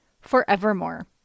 forevermore